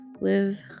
live